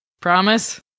Promise